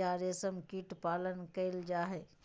या रेशम कीट पालन कहल जा हई